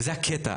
וזה הקטע.